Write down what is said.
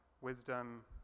wisdom